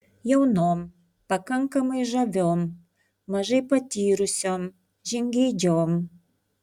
jaunom pakankamai žaviom mažai patyrusiom žingeidžiom